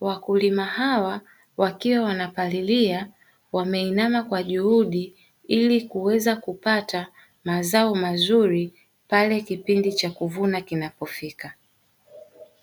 Wakulima hawa wakiwa wanapalilia wameinama kwa juhudi, ili kuweza kupata mazao mazuri pale kipindi cha kuvuna kinapofika.